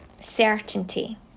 Certainty